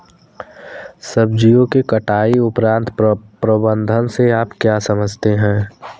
सब्जियों के कटाई उपरांत प्रबंधन से आप क्या समझते हैं?